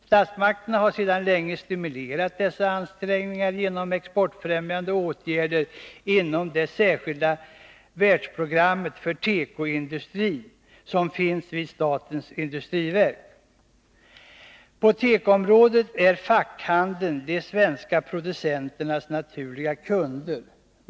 Statsmakterna har sedan länge stimulerat dessa ansträngningar genom exportfrämjande åtgärder inom det särskilda världsprogrammet för tekoindustrin som finns vid statens industriverk. På tekoområdet är fackhandeln de svenska producenternas naturliga kunder.